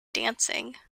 dancing